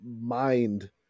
mind